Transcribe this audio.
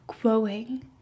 growing